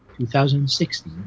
2016